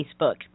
Facebook